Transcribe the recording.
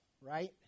right